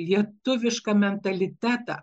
lietuvišką mentalitetą